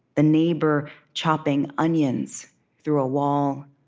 the neighbor chopping onions through a wall.